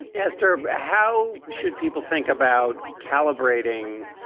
esther, how should people think about calibrating